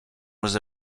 was